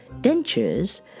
dentures